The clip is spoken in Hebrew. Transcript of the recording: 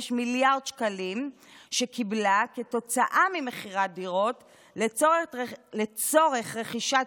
מיליארד שקלים שקיבלה ממכירת דירות לצורך רכישת